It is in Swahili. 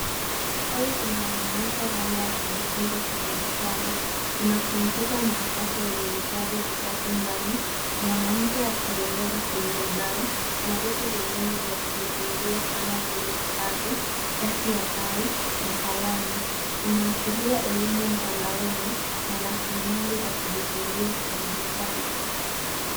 Mchoro unaoonyesha dhana ya kujifunza kidijitali. Kuna kompyuta mpakato yenye vitabu vitatu ndani. Mwanamke akieleza kwenye ubao na vitu vingine vya kujifunzia kama vile kitabu chati ya pai na kalamu. Inaashiria elimu mtandaoni na rasilimali za kujifunzia kidijitali.